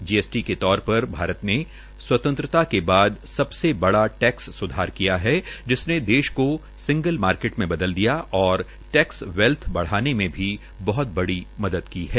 GST के तौर पर भारत ने स्वतंत्रता के बाद सबसे बड़ा टैक्स सुधार किया है जिसने देश को सिंगल मार्केट में बदल दिया और टैक्स वेल्थ बढ़ाने में बहत बड़ी मदद की है